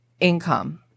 income